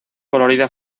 colorida